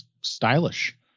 stylish